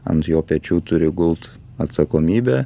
ant jo pečių turi gult atsakomybė